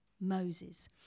Moses